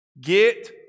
Get